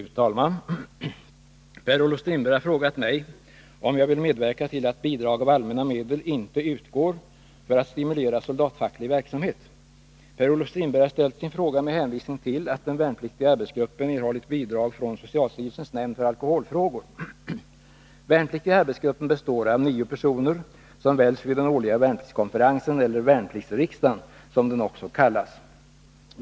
Fru talman! Per-Olof Strindberg har frågat mig om jag vill medverka till att bidrag av allmänna medel inte utgår för att stimulera soldatfacklig verksamhet. Per-Olof Strindberg har ställt sin fråga med hänvisning till att Värnpliktiga arbetsgruppen erhållit bidrag från socialstyrelsens nämnd för alkoholfrågor. Värnpliktiga arbetsgruppen består av nio personer som väljs vid den årliga värnpliktskonferensen, eller värnpliktsriksdagen, som den också kallas.